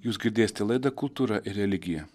jūs girdėsite laida kultūra ir religija